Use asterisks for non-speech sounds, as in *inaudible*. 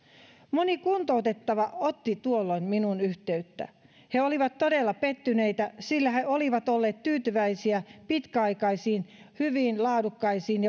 moni kuntoutettava otti tuolloin minuun yhteyttä he olivat todella pettyneitä sillä he olivat olleet tyytyväisiä pitkäaikaisiin hyviin laadukkaisiin *unintelligible*